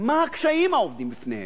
מה הקשיים העומדים בפניו.